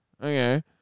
Okay